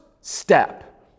step